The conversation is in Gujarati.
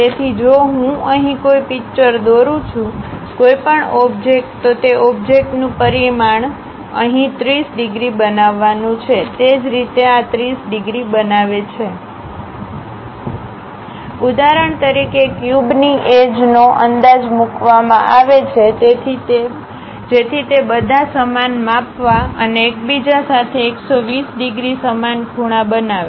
તેથી જો હું અહીં કોઈ પિક્ચર દોરું છું કોઈપણ ઓબ્જેક્ટ તો તે ઓબ્જેક્ટનું પરિમાણ અહીં 30 ડિગ્રી બનાવવાનું છે તે જ રીતે આ 30 ડિગ્રી બનાવે છે ઉદાહરણ તરીકે ક્યુબની એજ નો અંદાજ મૂકવામાં આવે છે જેથી તે બધા સમાન માપવા અને એકબીજા સાથે 120 ડિગ્રી સમાન ખૂણા બનાવે